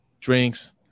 drinks